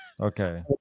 Okay